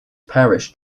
parish